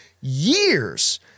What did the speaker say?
years